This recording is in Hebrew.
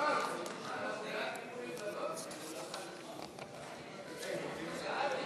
קודם כול התוצאות: בעד 49,